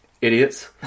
Idiots